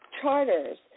charters